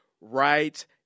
right